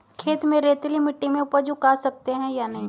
खेत में रेतीली मिटी में उपज उगा सकते हैं या नहीं?